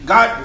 God